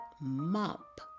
mop